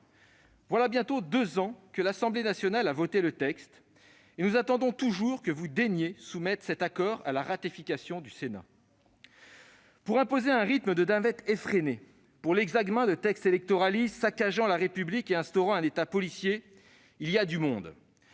Voilà bientôt deux ans que l'Assemblée nationale a adopté le texte, et nous attendons toujours que vous daigniez soumettre au Sénat le projet de loi autorisant la ratification de cet accord. Pour imposer un rythme de navette effréné à l'examen de textes électoralistes saccageant la République et instaurant un État policier, il y a du monde